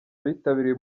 abitabiriye